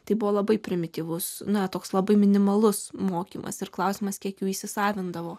tai buvo labai primityvus na toks labai minimalus mokymas ir klausimas kiek jų įsisavindavo